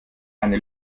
eine